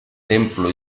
templo